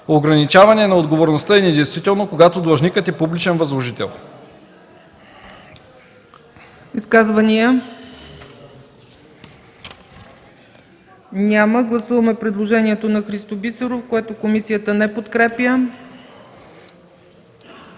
Ограничаване на отговорността е недействително, когато длъжникът е публичен възложител.”